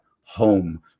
home